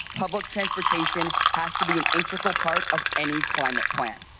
public transportation has to be an integral part of any climate plan.